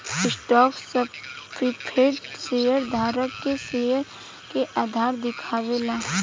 stock certificate share धारक के share के अधिकार दिखावे ला